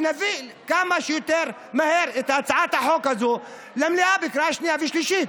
ונביא כמה שיותר מהר את הצעת החוק הזו למליאה בקריאה שנייה ושלישית.